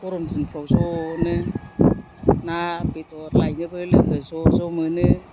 गरम दिनफ्राव ज'नो ना बेदर लायनोबो लोगो ज' ज' मोनो